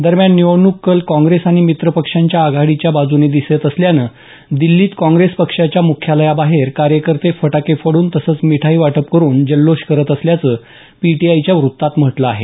दरम्यान निवडणूक कल काँग्रेस आणि मित्रपक्षांच्या आघाडीच्या बाजूने दिसत असल्यानं दिल्लीत काँग्रेस पक्षाच्या मुख्यालयाबाहेर कार्यकर्ते फटाके फोडून तसंच मिठाई वाटप करून जल्लोष करत असल्याचं पीटीआयच्या वृत्तात म्हटलं आहे